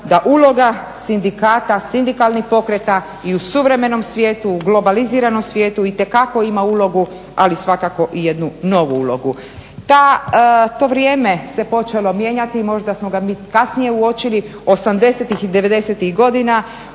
da uloga sindikata, sindikalnih pokreta i u suvremenom svijetu, u globaliziranom svijetu itekako ima ulogu, ali svakako i jednu novu ulogu. To vrijeme se počelo mijenjati, možda smo ga mi kasnije uočili osamdesetih